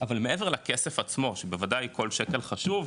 אבל מעבר לכסף עצמו שבוודאי, כל שקל חשוב,